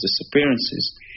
Disappearances